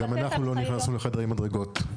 גם אנחנו לא נכנסנו לחדרי מדרגות.